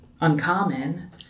uncommon